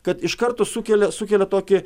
kad iš karto sukelia sukelia tokį